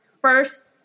first